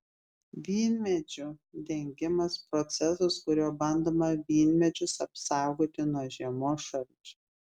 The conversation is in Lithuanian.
vynmedžių dengimas procesas kuriuo bandoma vynmedžius apsaugoti nuo žiemos šalčių